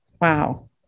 wow